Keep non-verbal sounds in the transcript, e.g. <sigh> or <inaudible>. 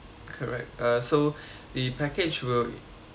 correct uh so <breath> the package will